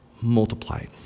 multiplied